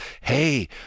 hey